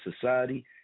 society